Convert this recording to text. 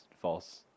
false